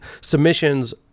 submissions